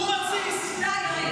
הוא מתסיס.